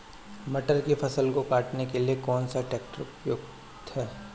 मटर की फसल को काटने के लिए कौन सा ट्रैक्टर उपयुक्त है?